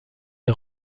est